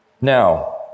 Now